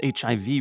HIV